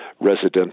resident